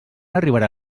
arribarà